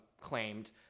claimed